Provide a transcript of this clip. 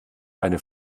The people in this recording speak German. eine